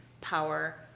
power